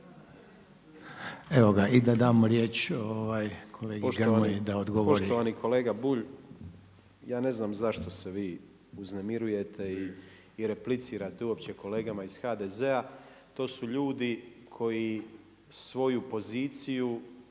svi i da damo riječ kolegi Grmoji da odgovori. **Grmoja, Nikola (MOST)** Poštovani kolega Bulj, ja ne znam zašto se vi uznemirujete i replicirate kolegama iz HDZ-a. to su ljudi koji svoju poziciju